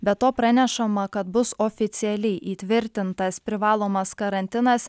be to pranešama kad bus oficialiai įtvirtintas privalomas karantinas